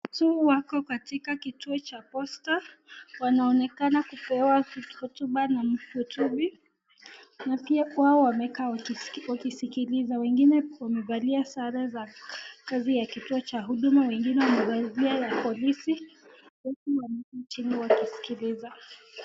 wako katika kituo cha posta wanaonekana kupewa hotuba na mhubiri na pia wao wamekaa wakisikiliza wengine wamevalia sare za kazi ya kituo cha huduma wengine wamevaa ya polisi wengine wamekaa chini wakisikiliza